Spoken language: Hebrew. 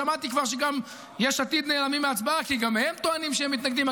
שמעתי כבר שגם יש עתיד נעלמים מההצבעה כי גם הם טוענים שהם מתנגדים.